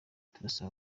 turasaba